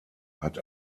hat